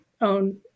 own